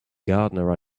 gardener